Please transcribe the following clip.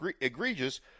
egregious